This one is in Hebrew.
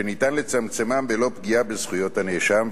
שניתן לצמצמם בלא פגיעה בזכויות הנאשם,